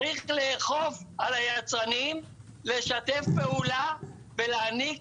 צריך לאכוף על היצרנים לשתף פעולה ולהעניק